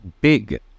Big